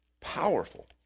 Powerful